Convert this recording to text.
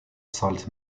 salt